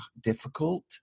difficult